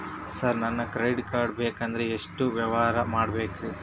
Sir ನನಗೆ credit card ಬೇಕಂದ್ರೆ ಎಷ್ಟು ವ್ಯವಹಾರ ಮಾಡಬೇಕ್ರಿ?